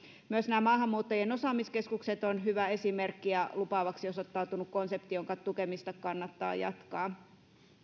myös nämä maahanmuuttajien osaamiskeskukset ovat hyvä esimerkki ja lupaavaksi osoittautunut konsepti jonka tukemista kannattaa jatkaa